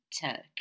turkey